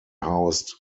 housed